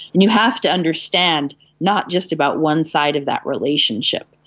and you have to understand not just about one side of that relationship.